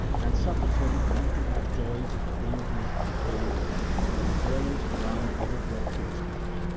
and suffered him not to have joy of the dainties untold that the dwellers around ever brought to his house,